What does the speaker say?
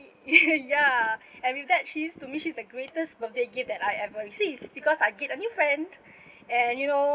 ya and with that she's to me she's the greatest birthday gift that I ever received because I get a new friend and you know